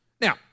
Now